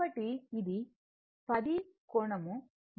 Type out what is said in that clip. కాబట్టి ఇది10 కోణం 53